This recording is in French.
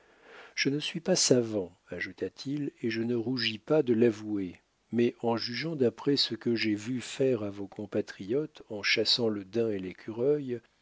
je ne suis pas savant ajouta-t-il et je ne rougis pas de l'avouer mais en jugeant d'après ce que j'ai vu faire à vos compatriotes en chassant le daim et l'écureuil